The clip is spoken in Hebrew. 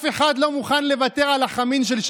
המסדרת.